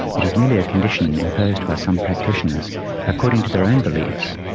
it is merely a condition imposed by some practitioners according to their own beliefs,